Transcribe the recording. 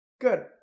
good